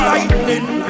Lightning